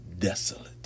desolate